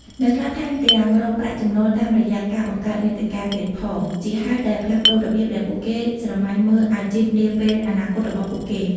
អ្នកខ្លះថែមទាំងរកប្រាក់ចំណូលតាមរយៈការបង្កើតមាតិកាទៀតផង ជាហេតុដែលផ្លាស់ប្តូររបៀបដែលពួកគេស្រមៃមើលអាជីពនាពេលអនាគតរបស់ពួកគេ។